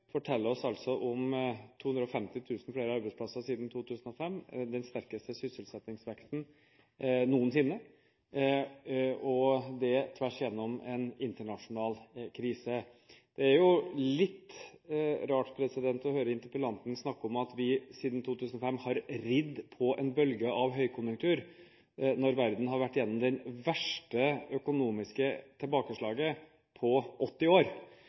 forteller oss om 250 000 flere arbeidsplasser siden 2005, den sterkeste sysselsettingsveksten noensinne, og det tvers igjennom en internasjonal krise. Det er litt rart å høre interpellanten snakke om at vi siden 2005 har ridd på en bølge av høykonjunktur, når verden har vært gjennom det verste økonomiske tilbakeslaget på 80 år,